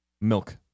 Milk